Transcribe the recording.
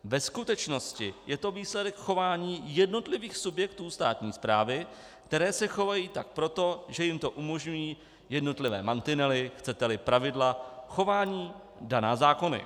Ve skutečnosti je to výsledek chování jednotlivých subjektů státní správy, které se chovají tak proto, že jim to umožňují jednotlivé mantinely, chceteli pravidla chování daná zákony.